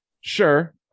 Sure